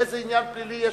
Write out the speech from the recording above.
איזה עניין פלילי יש